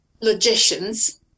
logicians